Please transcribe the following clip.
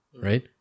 right